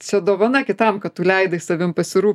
čia dovana kitam kad tu leidai savim pasirū